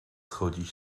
chodzić